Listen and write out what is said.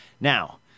Now